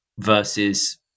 versus